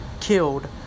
Killed